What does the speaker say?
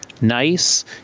nice